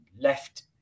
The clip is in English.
left